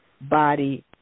body